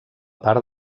part